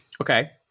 Okay